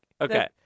Okay